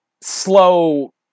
slow